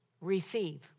Receive